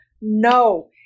No